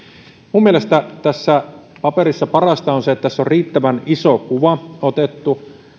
minun mielestäni tässä paperissa parasta on se että tässä on riittävän iso kuva otettu